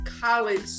college